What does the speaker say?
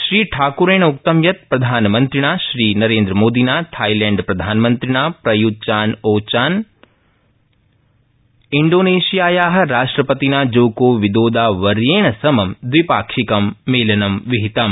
श्रीठाक्रेणोक्तं यत् प्रधानमन्त्रिणा श्रीमोदिना थाईलैण्डप्रधान्त्रिणा प्रय्त चान ओ चान इण्डोनेशियाया राष्ट्र तिना जोको विदोदा वर्येण समं दवि ाक्षिकं मेलनं विहितम